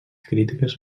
crítiques